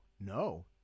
No